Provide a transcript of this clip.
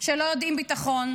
שלא יודעים ביטחון,